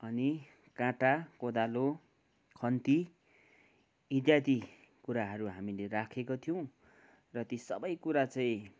अनि काँटा कोदालो खन्ती इत्यादि कुराहरू हामीले राखेको थियौँ र ती सबै कुरा चाहिँ